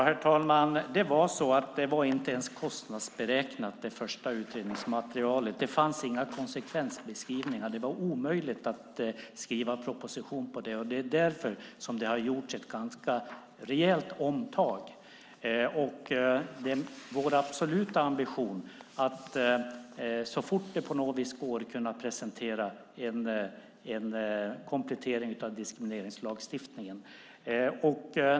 Herr talman! I det första utredningsmaterialet var det inte ens kostnadsberäknat. Det fanns inga konsekvensbeskrivningar. Det var omöjligt att skriva en proposition utifrån det. Det är därför som det har gjorts ett ganska rejält omtag. Det är vår absoluta ambition att så fort det på något vis går kunna presentera en komplettering av diskrimineringslagstiftningen.